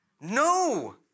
No